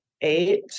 eight